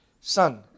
son